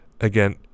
Again